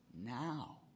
now